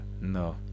No